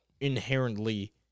inherently